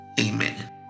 Amen